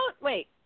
Wait